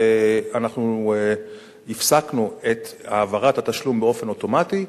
אנחנו הפסקנו את העברת התשלום באופן אוטומטי.